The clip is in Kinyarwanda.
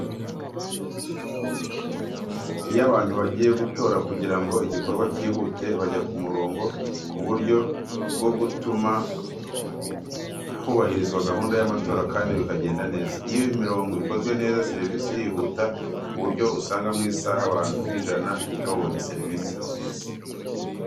Iyo abantu bagiye gutora kugira ngo igikorwa cyihute bajya ku mirongo mu buryo bwo gutuma hubarizwa gahunda y'amatora kandi bikagenda neza. Iyo imirongo ikozwe neza serivisi irihuta ku buryo usanga mu isaha abantu nk'ijana babonye serivisi nziza.